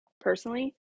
personally